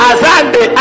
Azande